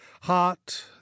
heart